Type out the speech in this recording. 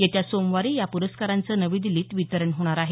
येत्या सोमवारी या पुरस्कारांचं नवी दिल्लीत वितरण होणार आहे